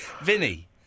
Vinny